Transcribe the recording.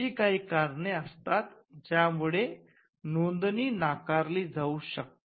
अशी काही कारणे असतात ज्या मुळे नोदणी नाकारली जाऊ शकते